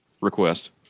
request